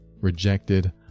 rejected